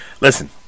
Listen